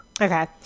Okay